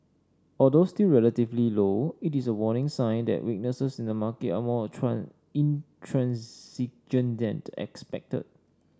although still relatively low it is a warning sign that weaknesses in the market are more intransigent than expected